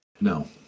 No